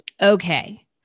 Okay